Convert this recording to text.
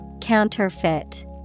Counterfeit